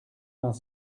vingt